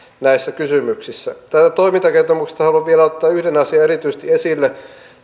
näissä kysymyksissä toimintakertomuksesta haluan vielä ottaa yhden asian erityisesti esille